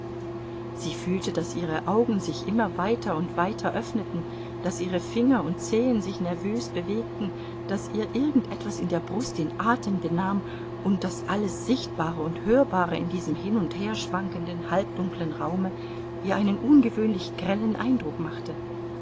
sie fühlte daß ihre augen sich immer weiter und weiter öffneten daß ihre finger und zehen sich nervös bewegten daß ihr irgend etwas in der brust den atem benahm und daß alles sichtbare und hörbare in diesem hin und her schwankenden halbdunklen raume ihr einen ungewöhnlich grellen eindruck machte